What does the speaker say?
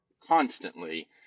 constantly